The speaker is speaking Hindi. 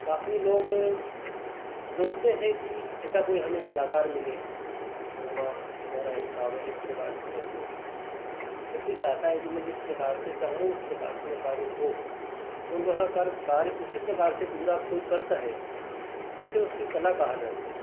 काफ़ी लोग ढूँढ़ते हैं कि ऐसा कोई हमें कलाकार मिले जो हमा हमारा एक काम है इस प्रकार से कर दे व्यक्ति चाहता है कि मैं जिस प्रकार से चाहूँ उस प्रकार से वो कार्य हो और वह कर कार्य उसी प्रकार से पूरा कोई करता है उसे उसकी कला कहा जाता है